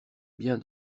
bien